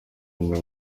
umwe